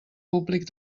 públic